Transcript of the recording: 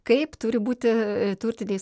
kaip turi būti turtiniai